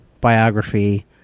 biography